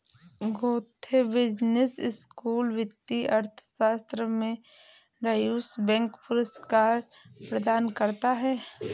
Goethe business school वित्तीय अर्थशास्त्र में ड्यूश बैंक पुरस्कार प्रदान करता है